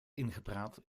ingepraat